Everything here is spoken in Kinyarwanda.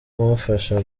kumufasha